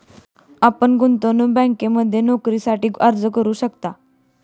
आपण गुंतवणूक बँकिंगमध्ये नोकरीसाठी अर्ज करू शकता